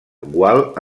gual